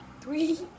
three